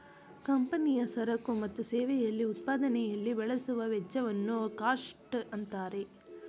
ಕಂಪನಿಯ ಸರಕು ಮತ್ತು ಸೇವೆಯಲ್ಲಿ ಉತ್ಪಾದನೆಯಲ್ಲಿ ಬಳಸುವ ವೆಚ್ಚವನ್ನು ಕಾಸ್ಟ್ ಅಂತಾರೆ